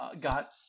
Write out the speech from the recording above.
got